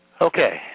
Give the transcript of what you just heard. Okay